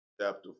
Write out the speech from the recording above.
chapter